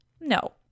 No